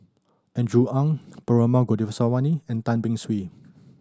Andrew Ang Perumal Govindaswamy and Tan Beng Swee